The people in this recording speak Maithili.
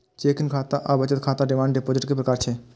चेकिंग खाता आ बचत खाता डिमांड डिपोजिट के प्रकार छियै